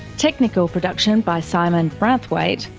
technical production by simon branthwaite,